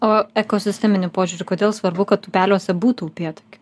o ekosisteminiu požiūriu kodėl svarbu kad upeliuose būtų upėtakių